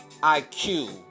IQ